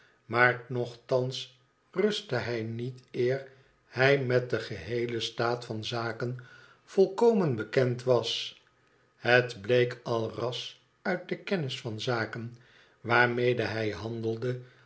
maar nochtans rustte hij niet eer hij met den geheelen staat van zaken volkomen bekend was het bleek al ras uit de kennis van zaken waarmede hij handelde